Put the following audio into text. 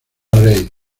reid